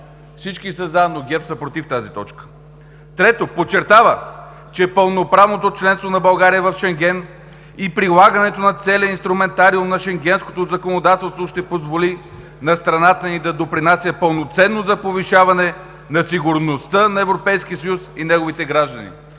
Всички са за, но ГЕРБ са против тази точка. „- трето, подчертава, че пълноправното членство на България в Шенген и прилагането на целия инструментариум на Шенгенското законодателство ще позволи на страната ни да допринася пълноценно за повишаване на сигурността на Европейския съюз и неговите граждани“.